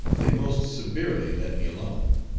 they most severely let me alone.